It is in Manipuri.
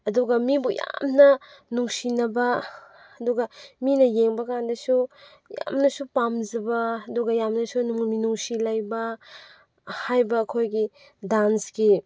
ꯑꯗꯨꯒ ꯃꯤꯕꯨ ꯌꯥꯝꯅ ꯅꯨꯡꯁꯤꯅꯕ ꯑꯗꯨꯒ ꯃꯤꯅ ꯌꯦꯡꯕꯀꯥꯟꯗꯁꯨ ꯌꯥꯝꯅꯁꯨ ꯄꯥꯝꯖꯕ ꯑꯗꯨꯒ ꯌꯥꯝꯅꯁꯨ ꯃꯤꯅꯨꯡꯁꯤ ꯂꯩꯕ ꯍꯥꯏꯕ ꯑꯩꯈꯣꯏꯒꯤ ꯗꯥꯟꯁꯀꯤ